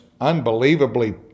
unbelievably